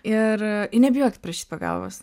ir ir nebijokit prašyt pagalbos